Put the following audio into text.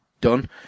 done